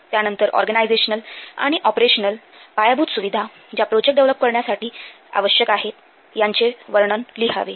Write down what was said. त्यानंतर ऑर्गनायझेशनल आणि ऑपरेशनल पायाभूत सुविधा ज्या प्रोजेक्ट डेव्हलप करण्यासाठी आवश्यक आहे यांचे वर्णन लिहावे